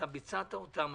אתה ביצעת אותם,